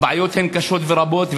הבעיות קשות ורבות,